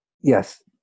yes